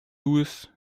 luis